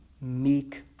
meek